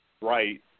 right